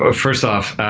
ah first off,